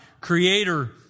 creator